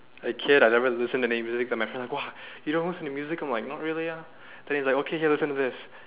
a kid I never listen to any music then my friend was like !wah! you don't listen to music oh my god really ah okay here listen to this